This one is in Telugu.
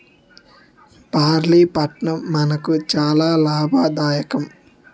బార్లీ పంట మనకు చాలా లాభదాయకం